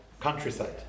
countryside